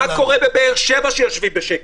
מה קורה בבאר שבע שיושבים בשקט?